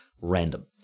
random